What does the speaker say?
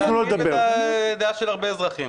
זאת דעתם של הרבה אזרחים.